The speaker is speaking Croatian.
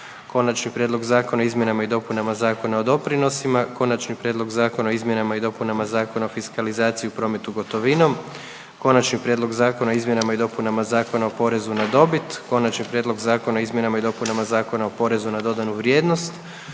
Konačni prijedlog Zakona o izmjenama i dopunama Zakona o doprinosima, Konačni prijedlog Zakona o izmjenama i dopunama Zakona o fiskalizaciji u prometu gotovinom, potom Konačni prijedlog Zakona o izmjenama i dopunama Zakona o porezu na dobit, Konačni prijedlog Zakona o izmjenama i dopunama Zakona o porezu na dodanu vrijednost,